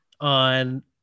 on